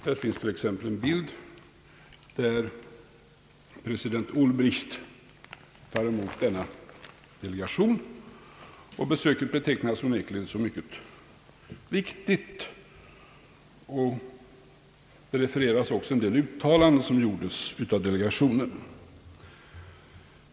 Det finns t.ex. en bild där president Ulbricht tar emot denna delegation, och besöket betecknas onekligen som mycket viktigt. Det refereras också en del uttalanden, som gjordes av delegationen.